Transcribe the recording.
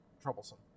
troublesome